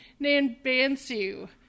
Nanbansu